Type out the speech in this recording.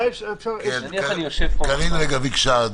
קארין ביקשה.